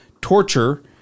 torture